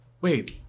wait